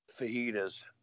Fajitas